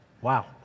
wow